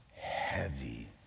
heavy